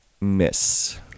miss